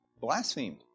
blasphemed